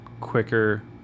quicker